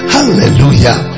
Hallelujah